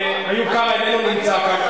ואיוב קרא ממשיך להיות, איוב קרא איננו נמצא כאן.